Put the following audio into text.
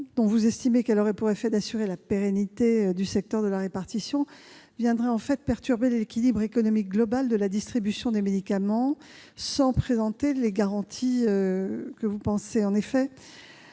dont ils estiment qu'elle aurait pour effet d'assurer la pérennité du secteur de la répartition, viendrait en fait perturber l'équilibre économique global de la distribution des médicaments, sans présenter les garanties escomptées.